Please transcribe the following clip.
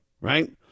right